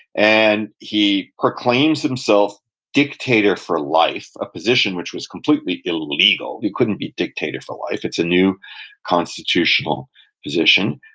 and he proclaims himself dictator for life, a position which was completely illegal. you couldn't be dictator for life it's a new constitutional position.